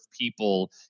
people